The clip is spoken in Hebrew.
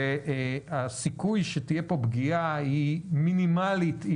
והסיכוי שתהיה כאן פגיעה היא מינימלית,